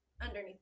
underneath